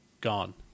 gone